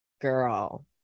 girl